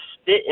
spit